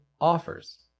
offers